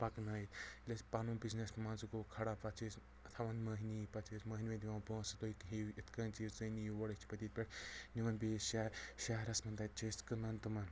پکنٲیِتھ ییٚلہِ اسہِ پنُن بِزنٮ۪س مان زٕ گوٚو کھڑا پتہٕ چھِ أسۍ تھاوان مٔہنی پتہٕ چھِ أسۍ مٔہنوین دِوان پۄنٛسہٕ تُہۍ ہٮ۪یِو یِتھ کٔنۍ چیٖز تُہۍ نِیو گۄڈٕ أسۍ چھِ پتہٕ ییٚتہِ پٮ۪ٹھ نیوان بیٚیِس شہر شہرس کُن تتہِ چھِ أسۍ کٕنان تِمن